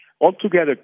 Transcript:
Altogether